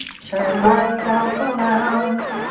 turn myself around.